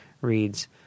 reads